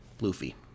Luffy